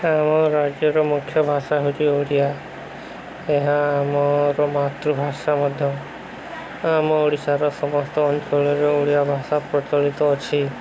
ଆମ ରାଜ୍ୟର ମୁଖ୍ୟ ଭାଷା ହେଉଛି ଓଡ଼ିଆ ଏହା ଆମର ମାତୃଭାଷା ମଧ୍ୟ ଆମ ଓଡ଼ିଶାର ସମସ୍ତ ଅଞ୍ଚଳରେ ଓଡ଼ିଆ ଭାଷା ପ୍ରଚଳିତ ଅଛି